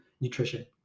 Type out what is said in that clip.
nutrition